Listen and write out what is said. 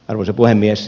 arvoisa puhemies